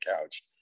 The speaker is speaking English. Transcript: couch